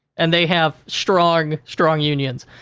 and, they have strong, strong unions.